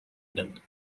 eden